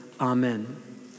Amen